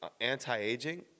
anti-aging